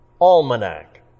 Almanac